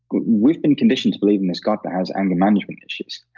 we've been conditioned to believe in this god that has anger management issues,